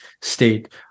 state